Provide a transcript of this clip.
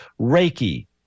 reiki